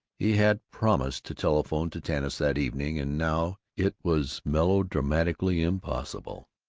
he had promised to telephone to tanis that evening, and now it was melodramatically impossible.